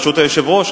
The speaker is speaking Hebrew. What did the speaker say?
ברשות היושב-ראש,